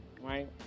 right